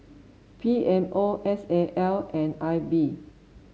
P M O S A L and I B